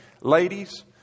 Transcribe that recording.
Ladies